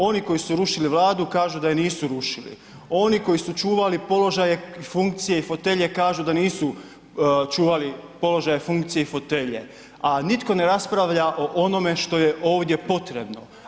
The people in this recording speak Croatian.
Oni koji usu rušili Vladu kažu da ju nisu rušili, oni koji su čuvali položaje, funkcije i fotelje kažu da nisu čuvali položaje, funkcije i fotelje a nitko ne raspravlja o onome što je ovdje potrebno.